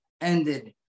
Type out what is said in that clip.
ended